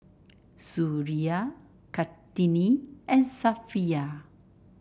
Suria Kartini and Safiya